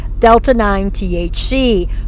Delta-9-THC